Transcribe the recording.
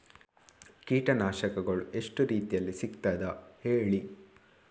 ಕೀಟನಾಶಕಗಳು ಎಷ್ಟು ರೀತಿಯಲ್ಲಿ ಸಿಗ್ತದ ಹೇಳಿ